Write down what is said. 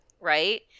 right